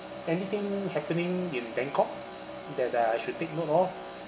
anything happening in bangkok that I should take note of